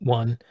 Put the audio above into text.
one